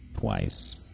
twice